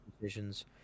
decisions